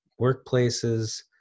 workplaces